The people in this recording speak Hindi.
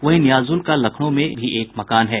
वहीं नियाजुल का लखनऊ में भी एक मकान है